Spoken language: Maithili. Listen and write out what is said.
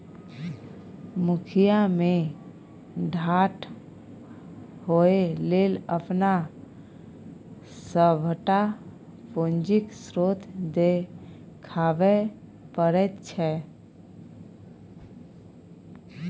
मुखिया मे ठाढ़ होए लेल अपन सभटा पूंजीक स्रोत देखाबै पड़ैत छै